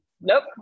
nope